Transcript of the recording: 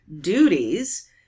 duties